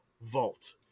Vault